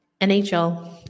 NHL